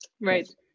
Right